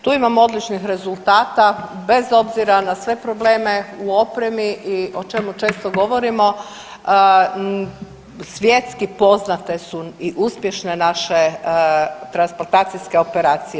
Tu imamo odličnih rezultata bez obzira na sve probleme u opremi i o čemu često govorimo, svjetski poznate su i uspješne naše transplantacijske operacije.